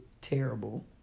Terrible